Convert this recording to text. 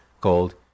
called